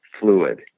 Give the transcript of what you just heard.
fluid